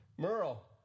Merle